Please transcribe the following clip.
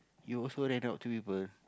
you also rent out to people